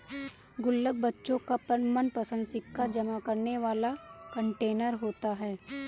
गुल्लक बच्चों का मनपंसद सिक्का जमा करने वाला कंटेनर होता है